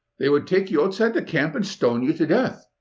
they would take you outside the camp and stone you to death.